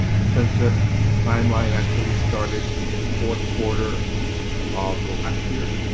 the census timeline actually started in fourth quarter of last year